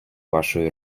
вашої